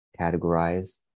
Categorize